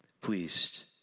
pleased